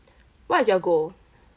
what is your goal